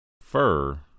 Fur